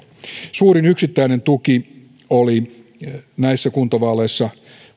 suurin yksittäinen tuki oli näissä kuntavaaleissa